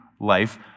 life